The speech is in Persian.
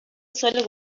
سال